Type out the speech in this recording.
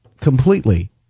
completely